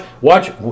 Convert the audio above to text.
watch